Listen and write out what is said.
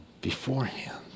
beforehand